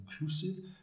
inclusive